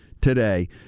today